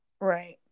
Right